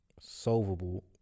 solvable